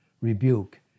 rebuke